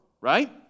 right